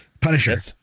Punisher